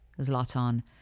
Zlatan